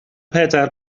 pedair